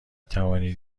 توانید